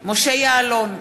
משה יעלון,